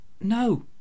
No